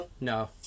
No